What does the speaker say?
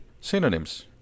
Synonyms